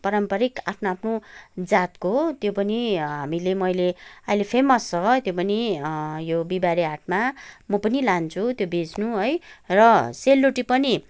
पारम्परिक आफ्नो आफ्नो जातको त्यो पनि हामीले मैले अहिले फेमस छ त्यो पनि यो बिहिवारे हाटमा म पनि लान्छु त्यो बेच्नु है र सेल रोटी पनि